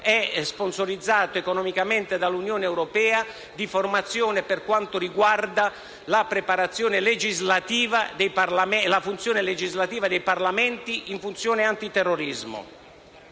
e sponsorizzato economicamente dall'Unione europea, per quanto riguarda la funzione legislativa dei Parlamenti in funzione antiterrorismo.